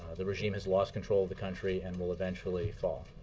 the regime has lost control of the country and will eventually fall.